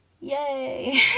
yay